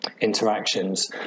interactions